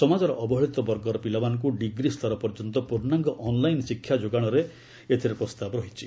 ସମାଜର ଅବହେଳିତ ବର୍ଗର ପିଲାମାନଙ୍କୁ ଡିଗ୍ରୀ ସ୍ତର ପର୍ଯ୍ୟନ୍ତ ପ୍ରର୍ଣ୍ଣାଙ୍ଗ୍ ଅନ୍ଲାଇନ୍ ଶିକ୍ଷା ଯୋଗାଣର ଏଥିରେ ପ୍ରସ୍ତାବ ରହିଛି